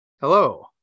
Hello